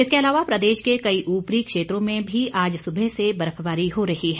इसके अलावा प्रदेश के कई ऊपरी क्षेत्रों में भी आज सुबह से बर्फबारी हो रही है